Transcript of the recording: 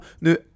Now